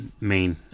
main